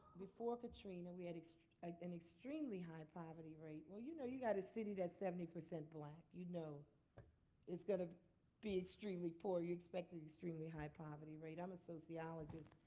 before katrina we had an extremely high poverty rate. well, you know, you got a city that's seventy percent black, you know it's going to be extremely poor. you expect an extremely high poverty rate. i'm a sociologist.